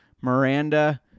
Miranda